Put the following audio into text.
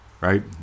Right